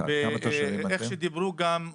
כמה תושבים אתם בטמרה?